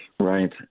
Right